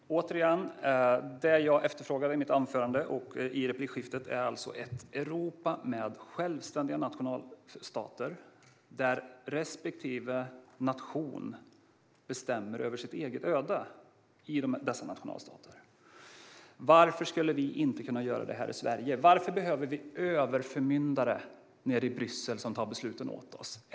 Fru talman! Återigen: Det jag efterfrågat i mitt anförande och i replikskiftet är ett Europa med självständiga nationalstater där respektive nation bestämmer över sitt eget öde. Varför skulle vi inte kunna göra det här i Sverige? Varför behöver vi överförmyndare nere i Bryssel som tar besluten åt oss, Hans Rothenberg?